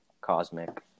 cosmic